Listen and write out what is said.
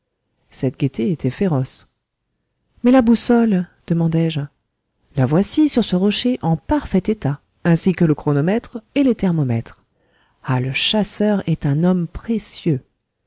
cette gaîté était féroce mais la boussole demandai-je la voici sur ce rocher en parfait état ainsi que le chronomètre et les thermomètres ah le chasseur est un homme précieux